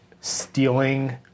stealing